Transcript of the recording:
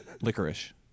Licorice